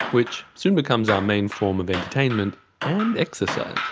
which soon becomes our main form of entertainment and exercise.